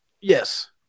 yes